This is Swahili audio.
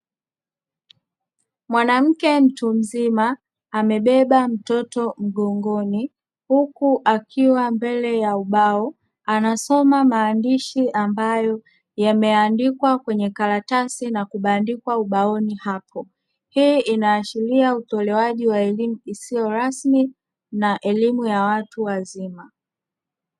Mwanamke mtu mzima amebeba mtoto mgongoni huku akiwa mbele ya ubao anasoma maandishi ambayo yameandikwa kwenye karatasi na kubandikwa ubaoni hapo. Hii inaashiria utolewaji wa elimu isiyo rasmi na elimu ya watu wazima.